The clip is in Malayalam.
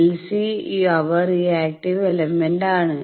LC അവ റിയാക്റ്റീവ് എലമെന്റ്സ് ആണ്